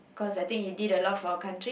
cause I think he did a lot for our country